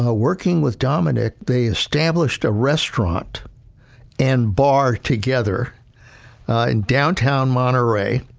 ah working with dominic, they established a restaurant and bar together in downtown monterey.